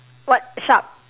what shark